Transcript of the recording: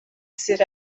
sit